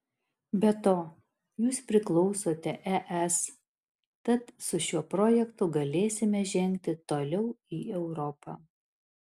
be to jūs priklausote es tad su šiuo projektu galėsime žengti toliau į europą